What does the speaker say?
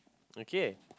okay